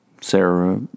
Sarah